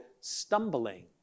stumbling